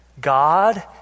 God